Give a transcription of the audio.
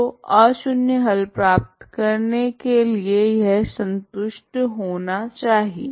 तो अशून्य हल प्राप्त करने के लिए यह संतुष्ट होना चाहिए